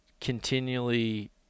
continually